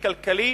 החברתי-כלכלי